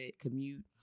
commute